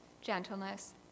gentleness